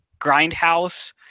Grindhouse